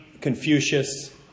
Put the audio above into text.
Confucius